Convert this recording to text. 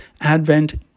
Advent